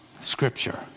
Scripture